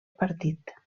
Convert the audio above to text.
partit